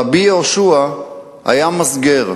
רבי יהושע היה מסגר.